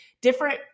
different